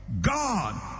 God